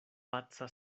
paca